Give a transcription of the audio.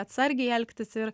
atsargiai elgtis ir